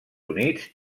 units